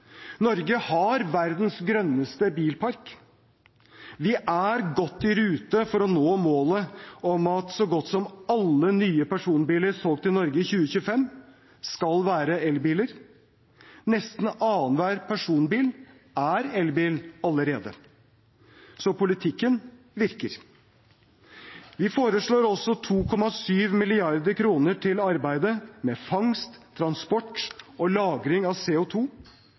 Norge har verdens grønneste bilpark. Vi er godt i rute for å nå målet om at så godt som alle nye personbiler solgt i Norge i 2025 skal være elbiler. Nesten annenhver personbil er elbil allerede. Så politikken virker. Vi foreslår også 2,7 mrd. kr til arbeidet med fangst, transport og lagring av